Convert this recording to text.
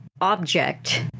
object